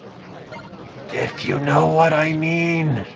like if u kno what i meen